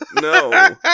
No